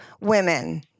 women